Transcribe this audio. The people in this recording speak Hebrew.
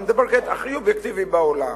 אני מדבר עכשיו הכי אובייקטיבי בעולם.